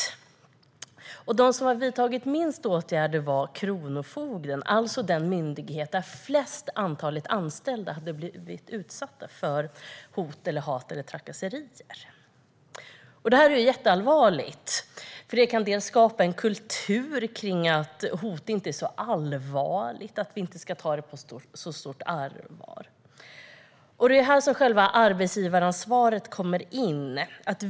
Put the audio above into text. Den myndighet som vidtagit minst åtgärder är kronofogden, alltså den myndighet där flest antal anställda blivit utsatta för hot, hat eller trakasserier. Detta är jätteallvarligt, för det kan skapa en kultur av att hot inte är så allvarligt och att vi inte ska ta det på så stort allvar. Det är här själva arbetsgivaransvaret kommer in.